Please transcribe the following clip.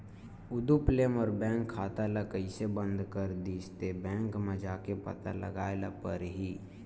उदुप ले मोर बैंक खाता ल कइसे बंद कर दिस ते, बैंक म जाके पता लगाए ल परही